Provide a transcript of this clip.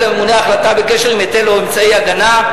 הממונה החלטה בקשר להיטל או אמצעי הגנה,